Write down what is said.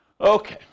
Okay